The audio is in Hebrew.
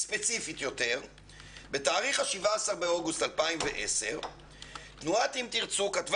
בתאריך 17 באוגוסט 2010 התנועה כתבה